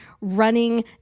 running